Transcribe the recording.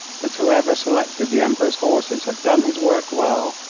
but whoever selected the emperor's horses had done his work well.